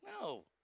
no